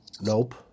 Nope